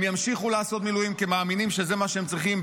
הם ימשיכו לעשות מילואים כי הם מאמינים שזה מה שהם צריכים,